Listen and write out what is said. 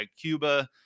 Cuba